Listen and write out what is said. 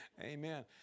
Amen